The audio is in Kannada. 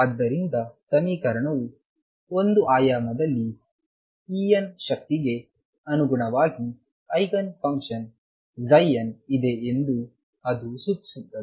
ಆದ್ದರಿಂದ ಒಂದು ಆಯಾಮದಲ್ಲಿ ಯಲ್ಲಿ En ಶಕ್ತಿಗೆ ಅನುಗುಣವಾಗಿ ಐಗನ್ ಫಂಕ್ಷನ್ ψn ಇದೆ ಎಂದು ಅದು ಸೂಚಿಸುತ್ತದೆ